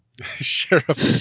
sheriff